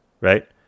right